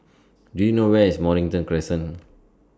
Do YOU know Where IS Mornington Crescent